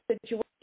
situation